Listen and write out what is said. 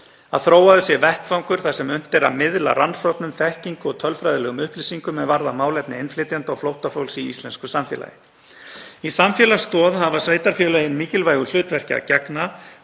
að þróaður sé vettvangur þar sem unnt er að miðla rannsóknum, þekkingu og tölfræðilegum upplýsingum er varða málefni innflytjenda og flóttafólks í íslensku samfélagi. Í samfélagsstoð hafa sveitarfélögin mikilvægu hlutverki að gegna